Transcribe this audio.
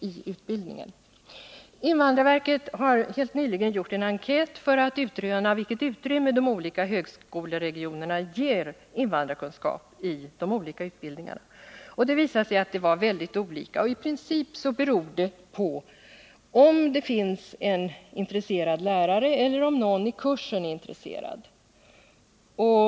Invandrarverket har helt nyligen gjort en enkät för att utröna vilket utrymme de olika högskoleregionerna ger invandrarkunskapen i de olika utbildningarna. Undersökningen visar att det är mycket olika. I princip beror omfattningen av denna utbildning på om det finns en intresserad lärare eller på om någon i kursen är intresserad.